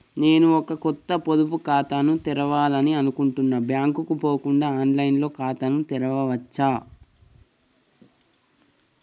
నేను ఒక కొత్త పొదుపు ఖాతాను తెరవాలని అనుకుంటున్నా బ్యాంక్ కు పోకుండా ఆన్ లైన్ లో ఖాతాను తెరవవచ్చా?